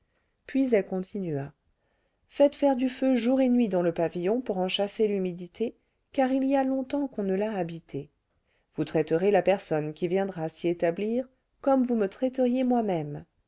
puis elle continua faites faire du feu jour et nuit dans le pavillon pour en chasser l'humidité car il y a longtemps qu'on ne l'a habité vous traiterez la personne qui viendra s'y établir comme vous me traiteriez moi-même